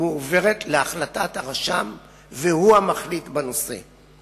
מועברת להחלטת הרשם והוא המחליט בנושא.